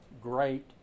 great